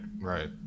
right